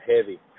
heavy